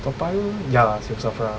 toa payoh ya lah 也是有 SAFRA lah